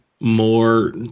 more